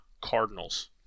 Cardinals